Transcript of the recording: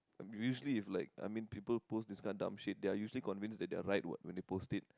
usually if like I mean people post this kind of dumb shit they're usually convinced that they are right what when they post it